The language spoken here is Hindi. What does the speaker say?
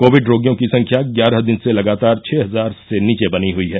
कोविड रोगियों की संख्या ग्यारह दिन से लगातार छह हजार से नीचे बनी हुई है